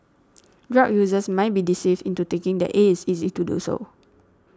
drug users might be deceived into taking that it is easy to do so